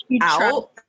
out